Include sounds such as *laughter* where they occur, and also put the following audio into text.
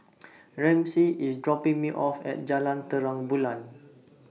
*noise* Ramsey IS dropping Me off At Jalan Terang Bulan